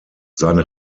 seine